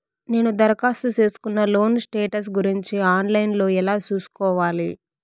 నేను దరఖాస్తు సేసుకున్న లోను స్టేటస్ గురించి ఆన్ లైను లో ఎలా సూసుకోవాలి?